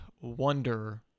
wonder